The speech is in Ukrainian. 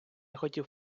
хотів